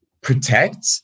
protect